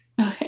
Okay